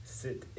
sit